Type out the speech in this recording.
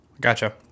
Gotcha